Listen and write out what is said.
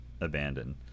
abandoned